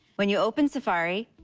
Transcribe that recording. when you open safari,